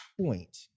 point